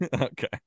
Okay